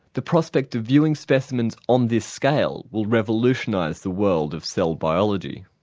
the prospect of viewing specimens on this scale will revolutionise the world of cell biology.